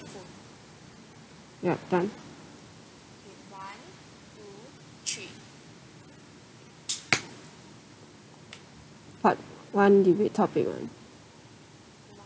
yup done part one debate topic one